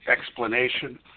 explanation